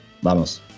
Vamos